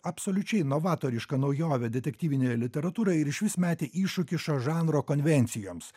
absoliučiai novatoriška naujovė detektyvinėje literatūroje ir išvis metė iššūkį šio žanro konvencijoms